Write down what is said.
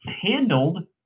handled